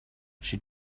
she